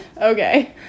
okay